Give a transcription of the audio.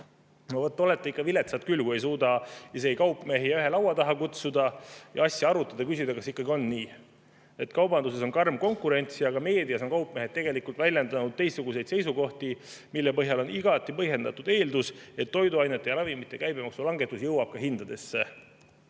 No olete ikka viletsad küll, kui ei suuda isegi kaupmehi ühe laua taha kutsuda, asja arutada ja küsida, kas ikkagi on nii. Kaubanduses on karm konkurents ja ka meedias on kaupmehed väljendanud teistsuguseid seisukohti, mille põhjal on igati põhjendatud eeldada, et toiduainete ja ravimite käibemaksu langetus jõuab ka hindadesse. Kutsun